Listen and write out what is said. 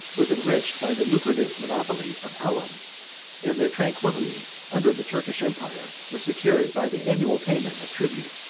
was enriched by the lucrative monopoly of alum and their tranquillity, under the turkish empire, was secured by the annual payment of tribute.